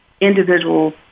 individuals